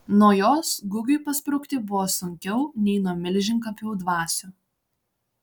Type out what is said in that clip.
nuo jos gugiui pasprukti buvo sunkiau nei nuo milžinkapių dvasių